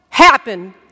Happen